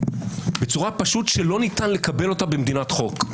בצורה שלא ניתן לקבלה במדינת חוק.